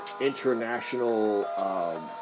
international